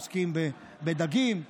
עוסקים בדגים,